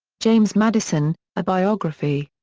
james madison a biography.